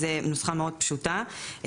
זאת נוסחה מאוד פשוטה.